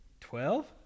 twelve